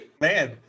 man